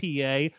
PA